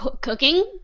cooking